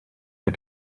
der